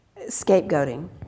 scapegoating